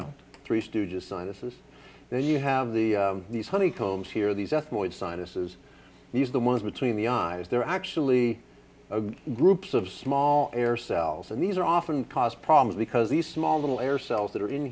know three stooges sinuses there you have the these honeycombs here these ethmoid sinuses these the ones between the eyes they're actually groups of small air cells and these are often cause problems because these small little air cells that are in